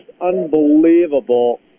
unbelievable